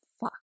fuck